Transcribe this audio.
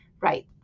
Right